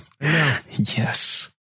Yes